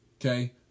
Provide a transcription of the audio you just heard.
Okay